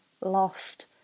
lost